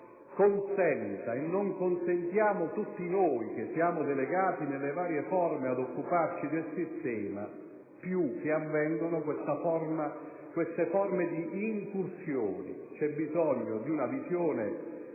non dovremmo consentire più tutti noi che siamo delegati in vario modo ad occuparci del sistema, che avvengano queste forme di incursione. C'è bisogno di una visione